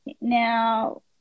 now